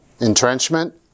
Entrenchment